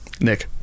Nick